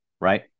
right